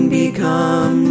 become